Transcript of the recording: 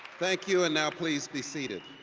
thank you. and now please be seated.